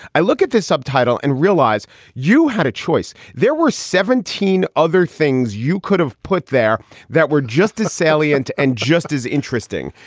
i look at this subtitle and realize you had a choice. there were seventeen other things you could have put there that were just as salient and just as interesting.